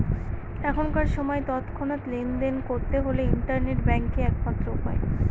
এখনকার সময় তৎক্ষণাৎ লেনদেন করতে হলে ইন্টারনেট ব্যাঙ্কই এক মাত্র উপায়